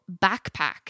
backpack